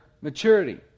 maturity